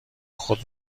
خود